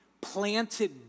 planted